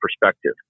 perspective